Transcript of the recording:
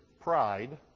pride